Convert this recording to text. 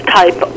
type